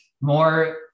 more